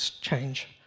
change